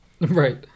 Right